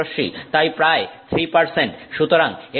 তাই প্রায় 3 সুতরাং এটা হল 44